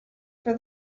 for